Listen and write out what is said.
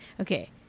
Okay